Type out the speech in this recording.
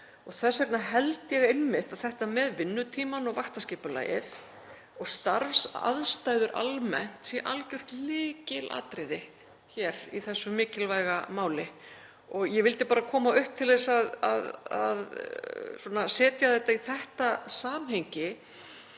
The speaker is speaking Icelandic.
þess vegna held ég einmitt að þetta með vinnutímann og vaktaskipulagið og starfsaðstæður almennt sé algjört lykilatriði í þessu mikilvæga máli. Ég vildi bara koma upp til að setja þetta í þetta samhengi.